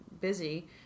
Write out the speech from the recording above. busy